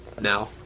now